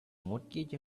mortgage